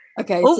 Okay